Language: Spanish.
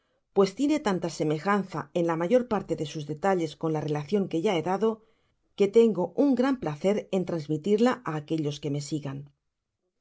pues tiene tanta semejanza en la mayor parle de sus detalles con la relacion que ya he dado que tengo un gran placer en trasmitirla á aquellos que me